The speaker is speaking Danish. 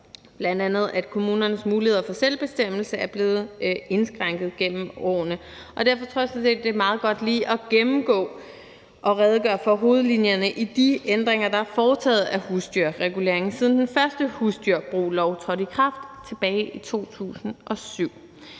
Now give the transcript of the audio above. grad, bl.a. at kommunernes muligheder for selvbestemmelse er blevet indskrænket gennem årene. Derfor tror jeg sådan set, det er meget godt lige at gennemgå og redegøre for hovedlinjerne i de ændringer, der er foretaget af husdyrreguleringen, siden den første husdyrbruglov trådte i kraft tilbage i 2007.